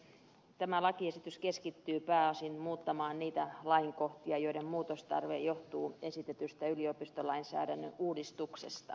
tämä lakiesitys keskittyy pääosin muuttamaan niitä lainkohtia joiden muutostarve johtuu esitetystä yliopistolainsäädännön uudistuksesta